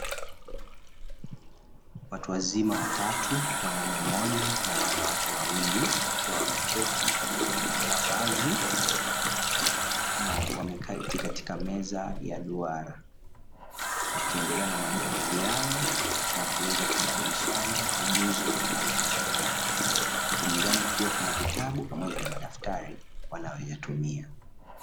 Watu wazima watatu, mwanaume mmoja na wanawake wawili, wakiwa wameketi katika eneo la wazi na wameketi katika meza ya duara, wakiendeea na majadiliano na kuweza kubadilishana ujuzi na taarifa mbalimbali. Huku mezani kukiwa kuna vitabu pamoja na madftari wanayoyatumia.